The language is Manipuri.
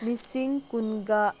ꯂꯤꯁꯤꯡ ꯀꯨꯟꯒ